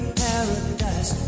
paradise